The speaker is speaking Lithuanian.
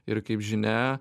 ir kaip žinia